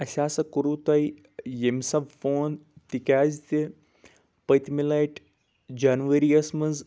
اسہِ ہسا کوٚروٗ تُہۍ ییٚمہِ سببہٕ فون تِکیازِ تہِ پٔتمہِ لٹہِ جنؤریَس منٛز